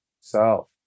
self